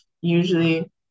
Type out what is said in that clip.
usually